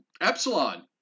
Epsilon